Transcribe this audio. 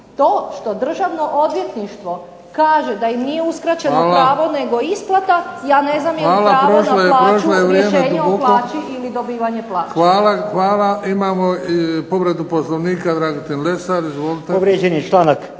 to što Državno odvjetništvo kaže da im nije uskraćeno pravo ili isplata, ja ne znam je li pravo na plaću, rješenje o plaći ili dobivanje plaće. **Bebić, Luka (HDZ)** Hvala. Imamo povredu Poslovnika Dragutin Lesar izvolite. **Lesar,